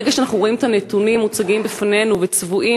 ברגע שאנחנו רואים את הנתונים מוצגים בפנינו וצבועים,